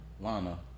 lana